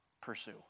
pursue